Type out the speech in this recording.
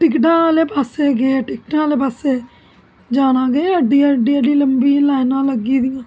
टिकटा आहले पास्सै गे टिकटा आहले पास्सै जाना के एहडी एहडी लंबी लाइनां लग्गी दियां